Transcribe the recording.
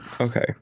Okay